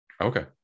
Okay